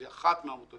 היא אחת מן העמותות,